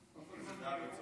וגם לא, אני בטוח